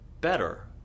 better